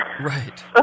Right